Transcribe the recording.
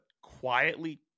quietly –